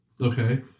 Okay